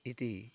इति